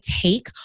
take